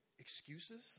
Excuses